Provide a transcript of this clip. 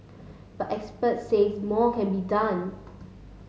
but experts says more can be done